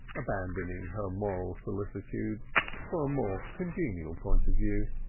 abandoning her moral solicitudes for a more congenial point of view.